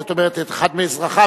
זאת אומרת את אחד מאזרחיו,